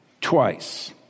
twice